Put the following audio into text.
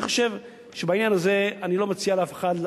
אני חושב שבעניין הזה אני לא מציע לאף אחד,